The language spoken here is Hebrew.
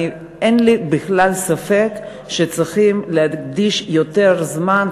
אין לי בכלל ספק שצריכים להקדיש יותר זמן,